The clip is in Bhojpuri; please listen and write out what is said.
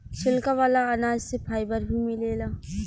छिलका वाला अनाज से फाइबर भी मिलेला